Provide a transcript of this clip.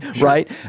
Right